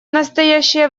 настоящее